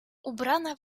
ubrana